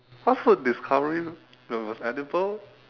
what food discovery when was edible